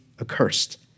accursed